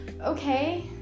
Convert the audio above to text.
okay